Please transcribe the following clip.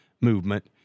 movement